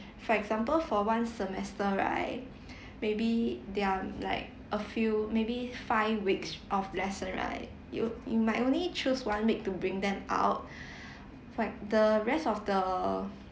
for example for one semester right maybe there are like a few maybe five weeks of lesson right you you might only choose one week to bring them out for ex~ the rest of the